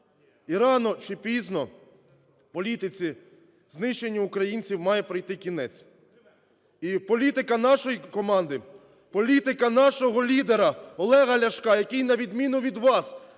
І, рано чи пізно, політиці знищення українців має прийти кінець. І політика нашої команди, політика нашого лідера Олега Ляшка, який на відміну від вас